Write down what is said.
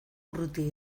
urruti